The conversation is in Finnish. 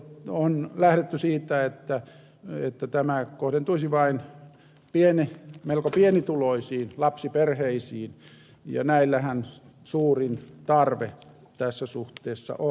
on lähdetty siitä että tämä kohdentuisi vain melko pienituloisiin lapsiperheisiin ja näillähän suurin tarve tässä suhteessa on